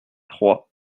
trois